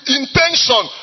intention